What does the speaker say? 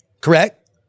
correct